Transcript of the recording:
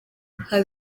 haba